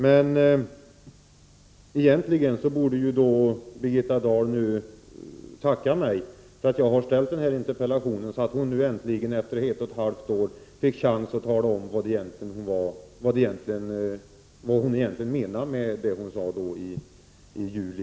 Men Birgitta Dahl borde tacka mig för att jag ställt denna interpellation, så att hon nu äntligen efter ett och ett halvt år fick chansen att tala om vad hon egentligen menade med vad hon sade i juli 1988.